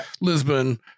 Lisbon